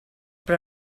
però